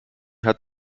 hat